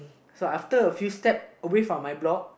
so after a few step away from my block